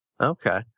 Okay